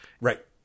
Right